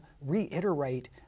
reiterate